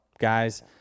Guys